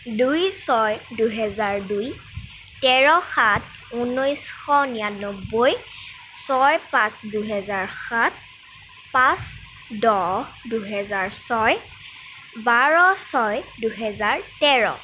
দুই ছয় দুহেজাৰ দুই তেৰ সাত ঊনৈছশ নিৰানব্বৈ ছয় পাঁচ দুহেজাৰ সাত পাঁচ দহ দুহেজাৰ ছয় বাৰ ছয় দুহেজাৰ তেৰ